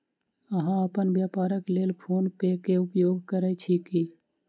अहाँ अपन व्यापारक लेल फ़ोन पे के उपयोग करै छी की?